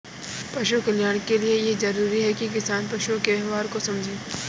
पशु कल्याण के लिए यह जरूरी है कि किसान पशुओं के व्यवहार को समझे